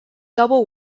double